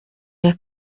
iya